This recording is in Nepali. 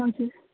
हजुर